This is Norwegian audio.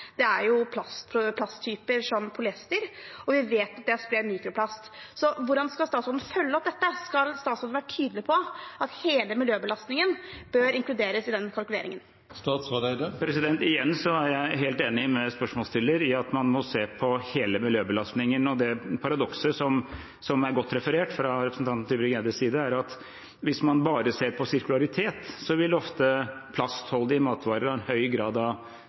mikroplast. Hvordan skal statsråden følge opp dette? Skal statsråden være tydelig på at hele miljøbelastningen bør inkluderes i den kalkuleringen? Igjen er jeg helt enig med spørsmålsstiller i at man må se på hele miljøbelastningen. Det paradokset som er godt referert fra representanten Tybring-Gjeddes side, er at hvis man bare ser på sirkularitet, vil plastholdige varer ofte ha en høy grad av